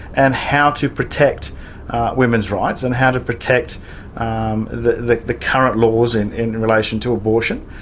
and how to protect women's rights and how to protect um the the the current laws in in relation to abortion.